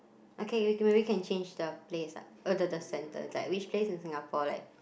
okay maybe we can change the place lah or the the center like which place in Singapore like